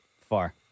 Far